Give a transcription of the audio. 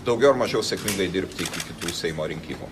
daugiau ar mažiau sėkmingai dirbti iki kitų seimo rinkimų